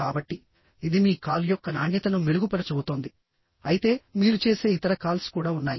కాబట్టి ఇది మీ కాల్ యొక్క నాణ్యతను మెరుగుపరచబోతోంది అయితే మీరు చేసే ఇతర కాల్స్ కూడా ఉన్నాయి